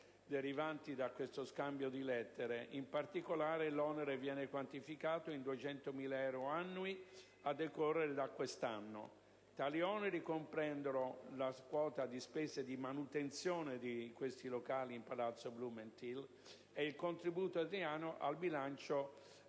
derivanti da questo Scambio di lettere: in particolare, l'onere viene quantificato in 200.000 euro annui a decorrere da quest'anno. Tali oneri comprendono la quota di spese di manutenzione di questi locali di Palazzo Blumenstihl e il contributo italiano al bilancio